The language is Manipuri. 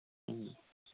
ꯎꯝ